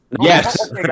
Yes